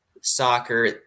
soccer